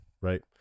right